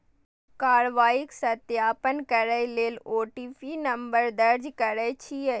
कार्रवाईक सत्यापन करै लेल ओ.टी.पी नंबर दर्ज कैर दियौ